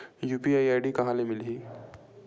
UPI ID कहां ले मिलही?